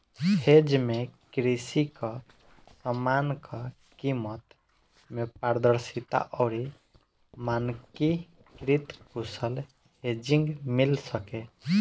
hedge में कृषि कअ समान कअ कीमत में पारदर्शिता अउरी मानकीकृत कुशल हेजिंग मिल सके